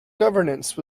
governance